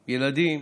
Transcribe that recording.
ילדים,